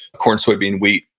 corn, soybean, wheat,